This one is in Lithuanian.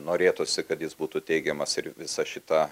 norėtųsi kad jis būtų teigiamas ir visa šita